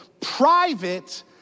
private